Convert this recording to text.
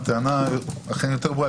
הטענה אכן יותר ברורה.